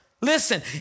Listen